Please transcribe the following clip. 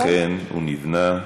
אכן, הוא נבנה.